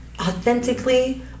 authentically